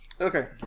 Okay